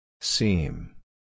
Seam